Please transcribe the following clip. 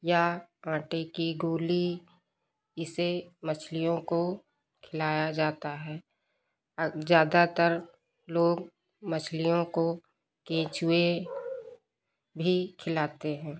या आटे की गोली इससे मछलियों को खिलाया जाता है और ज़्यादातर लोग मछलियों को केंचुएँ भी खिलाते हैं